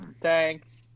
Thanks